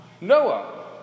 Noah